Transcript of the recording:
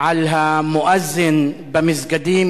על המואזין במסגדים,